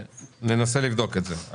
ננסה לבדוק את זה.